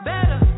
Better